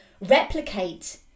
replicate